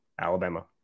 Alabama